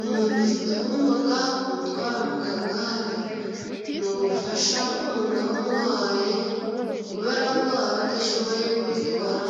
Umuntu ufite ubumuga, kumutwara mu kagare ni ubufasha umuntu aba amuhaye, kubera ko aba adashoboye kwitwara,